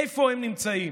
איפה הם נמצאים?